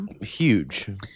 Huge